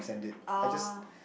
ah